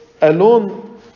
alone